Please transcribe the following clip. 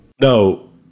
No